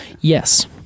Yes